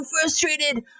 frustrated